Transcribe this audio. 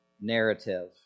narrative